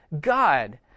God